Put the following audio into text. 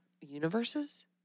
universes